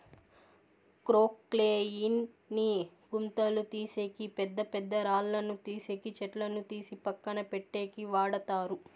క్రొక్లేయిన్ ని గుంతలు తీసేకి, పెద్ద పెద్ద రాళ్ళను తీసేకి, చెట్లను తీసి పక్కన పెట్టేకి వాడతారు